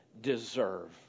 deserve